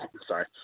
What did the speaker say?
sorry